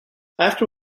after